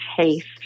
taste